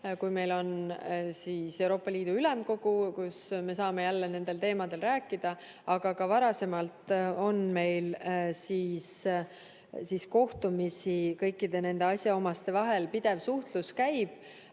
kui meil on Euroopa Liidu Ülemkogu, kus me saame jälle nendel teemadel rääkida, aga ka varem on meil kohtumisi kõikide asjaomaste vahel. Pidev suhtlus käib